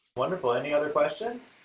wonderful! any other questions?